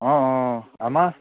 অঁ অঁ আমাৰ